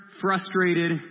frustrated